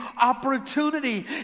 opportunity